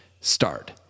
start